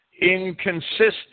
inconsistent